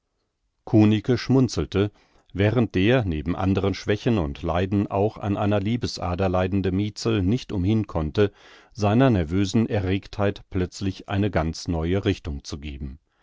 schmunzelte während der neben anderen schwächen und leiden auch an einer liebesader leidende mietzel nicht umhin konnte seiner nervösen erregtheit plötzlich eine ganz neue richtung zu geben